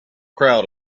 crowd